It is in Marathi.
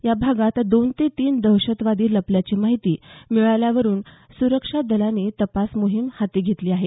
या भागात दोन ते तीन दहशतवादी लपल्याची माहिती मिळाल्यावरून सुरक्षा दलांनी तपास मोहीम हाती घेतली आहे